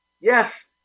Yes